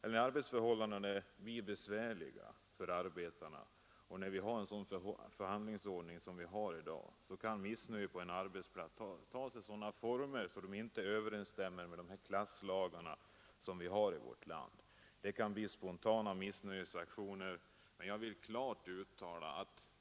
När arbetsförhållandena blir besvärliga för arbetarna och när vi har en sådan förhandlingsordning som vi har i dag kan missnöje på arbetsplats ta sig uttryck som inte överensstämmer med de klasslagar som vi har i vårt land — det kan bli spontana missnöjesaktioner.